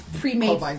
pre-made